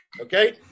okay